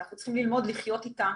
ואנחנו צריכים ללמוד לחיות איתה.